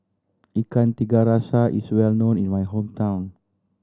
Ikan Tiga Rasa is well known in my hometown